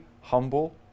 humble